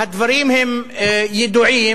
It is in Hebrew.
והדברים הם ידועים,